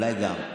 אולי גם.